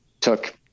took